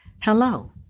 Hello